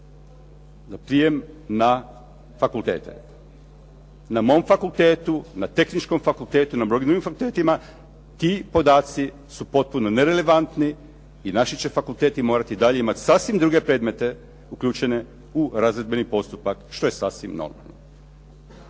za prijem na fakultete. Na mom fakultetu, na Tehničkom fakultetu, na mnogim drugim fakultetima ti podaci su potpuno nerelevantni i naši će fakulteti morati i dalje imati sasvim druge predmete uključene u razredbeni postupak što je sasvim normalno.